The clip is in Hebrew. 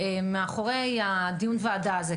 מאחורי דיון הוועדה הזה,